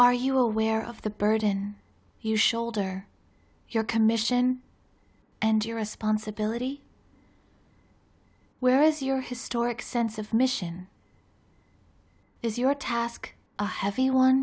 are you aware of the burden you shoulder your commission and irresponsibility where is your historic sense of mission is your task a heavy one